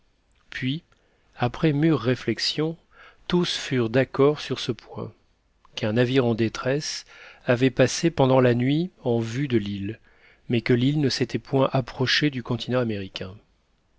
puis après mûres réflexions tous furent d'accord sur ce point qu'un navire en détresse avait passé pendant la nuit en vue de l'île mais que l'île ne s'était point approchée du continent américain